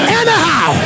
anyhow